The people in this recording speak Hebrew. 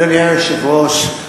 אדוני היושב-ראש,